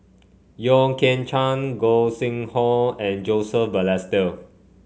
Yeo Kian Chai Gog Sing Hooi and Joseph Balestier